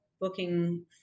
booking